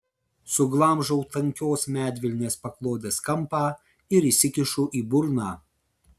suglamžau tankios medvilnės paklodės kampą ir įsikišu į burną